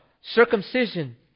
circumcision